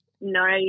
No